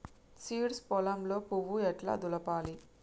Seeds పొలంలో పువ్వు ఎట్లా దులపాలి?